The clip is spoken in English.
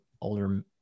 older